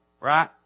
right